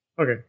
Okay